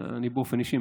ובאופן אישי,